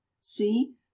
see